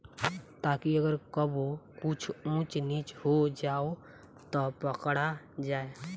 ताकि अगर कबो कुछ ऊच नीच हो जाव त पकड़ा जाए